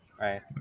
right